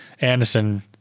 Anderson –